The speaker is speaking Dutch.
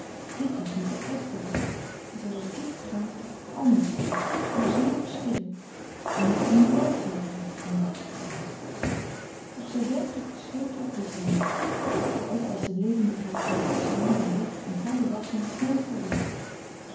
dit was nu de echte dag en zij was diep verbaasd hoe anders alles was hoe zeer verschillend en hoe zij nu wel zekerheid had van frederik van eeden van de koele meren des doods wakker te zijn of zij werkelijk geschreeuwd had wist zij niet ook was de levendigheid van het visioen door licht en koude wassching snel